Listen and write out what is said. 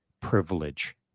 privilege